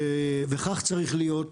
וכך צריך להיות.